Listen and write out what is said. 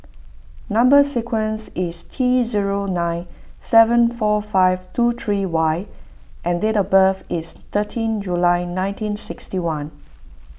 Number Sequence is T zero nine seven four five two three Y and date of birth is thirteen July nineteen sixty one